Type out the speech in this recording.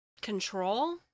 control